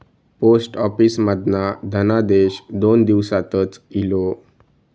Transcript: post office मधना धनादेश दोन दिवसातच इलो